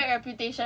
and then after that